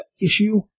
issue